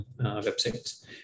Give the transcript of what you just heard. websites